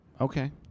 Okay